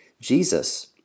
Jesus